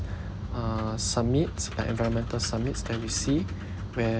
uh summits like environmental summits that we see where